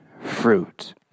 fruit